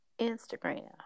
Instagram